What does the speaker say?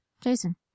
Jason